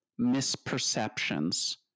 misperceptions